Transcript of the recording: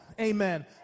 Amen